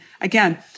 again